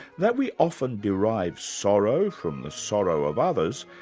that we often derive sorrow from the sorrow of others,